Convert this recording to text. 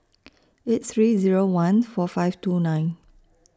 eight three Zero one four five two nine